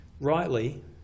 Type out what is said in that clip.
Rightly